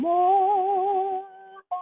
More